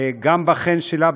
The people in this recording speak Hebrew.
גם בחן שלה,